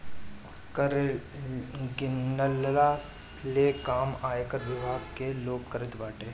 कर गिनला ले काम आयकर विभाग के लोग करत बाटे